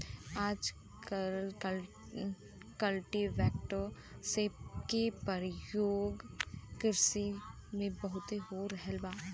आजकल कल्टीपैकर के परियोग किरसी में बहुत हो रहल बा